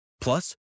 Plus